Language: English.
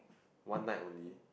one night only